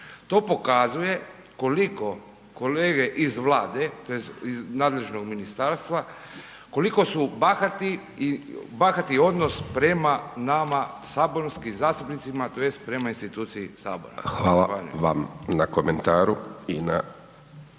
To pokazuje koliko kolege iz Vlade tj. iz nadležnog ministarstva, koliko su bahati i bahati odnos prema nama saborskim zastupnicima tj. prema instituciji Sabora. Zahvaljujem. **Hajdaš Dončić,